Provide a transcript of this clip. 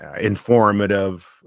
informative